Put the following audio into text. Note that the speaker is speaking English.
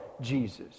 Jesus